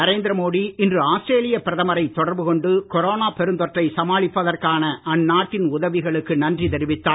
நரேந்திர மோடி இன்று ஆஸ்திரேலிய பிரதமரை கொண்டு தொடர்பு கொரோனா பெருந்தொற்றை சமாளிப்பதற்கான அந்நாட்டின் உதவிகளுக்கு நன்றி தெரிவித்தார்